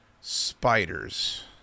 spiders